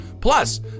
Plus